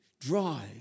drive